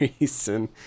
reason